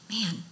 man